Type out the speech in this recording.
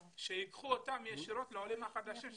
שייקחו אותם ישירות לעולים החדשים,